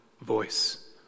voice